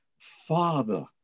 father